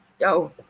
yo